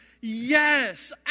Yes